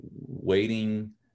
waiting